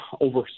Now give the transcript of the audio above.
over